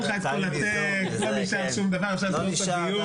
לקחה לך את כל הטקסט, לא נשאר שום דבר, אפשר